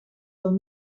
del